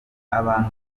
abantu